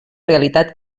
realitat